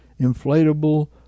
inflatable